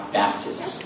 baptism